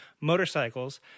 motorcycles